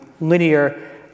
linear